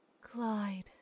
Clyde